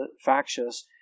factious